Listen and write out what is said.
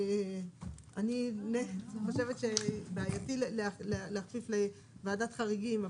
אני חושבת שבעייתי להכפיף לוועדת חריגים.